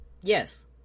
Yes